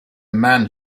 man